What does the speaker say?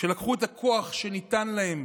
שלקחו את הכוח שניתן להם